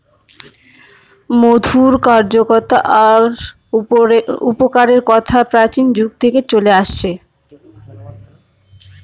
মধুর কার্যকতা আর উপকারের কথা প্রাচীন যুগ থেকে চলে আসছে